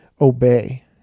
obey